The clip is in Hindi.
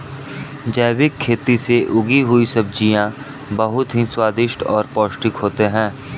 जैविक खेती से उगी हुई सब्जियां बहुत ही स्वादिष्ट और पौष्टिक होते हैं